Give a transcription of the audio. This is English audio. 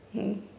mm